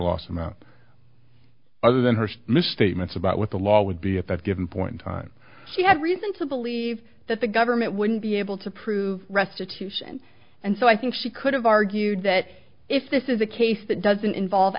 loss amount other than her misstatements about what the law would be at that given point in time she had reason to believe that the government wouldn't be able to prove restitution and so i think she could have argued that if this is a case that doesn't involve